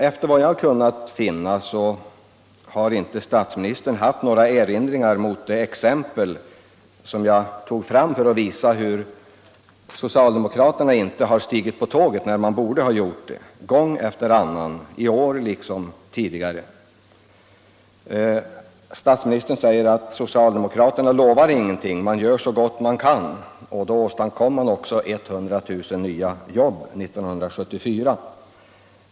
Efter vad jag kunnat finna har statsministern inte haft några erinringar mot det exempel som jag anfört för att visa att socialdemokraterna gång efter annan, i år liksom tidigare, inte har stigit på tåget när de borde ha gjort det. Statsministern säger att socialdemokraterna inte lovar någonting utan att man gör så gott man kan. Man åstadkom 100 000 nya jobb år 1974.